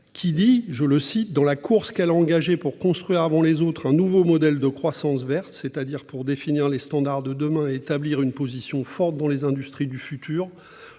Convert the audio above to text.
rapidement :« Dans la course qu'elle a engagée pour construire avant les autres un nouveau modèle de croissance verte, c'est-à-dire pour définir les standards de demain et établir une position forte dans les industries du futur,